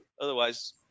otherwise